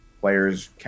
players